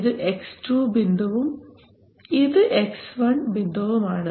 ഇത് X2 ബിന്ദുവും ഇത് X1 ബിന്ദുവും ആണ്